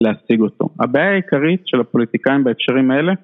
להשיג אותו. הבעיה העיקרית של הפוליטיקאים בהקשרים האלה